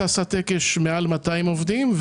בשאשא תקש מעל 200 עובדים,